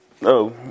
No